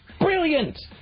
brilliant